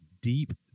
deep